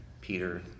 Peter